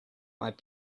might